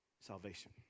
salvation